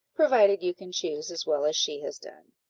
provided you can choose as well as she has done.